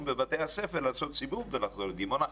בבתי הספר לעשות סיבוב ולחזור לדימונה,